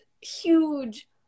huge